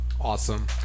Awesome